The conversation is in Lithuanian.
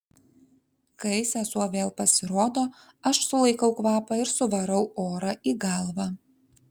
kai sesuo vėl pasirodo aš sulaikau kvapą ir suvarau orą į galvą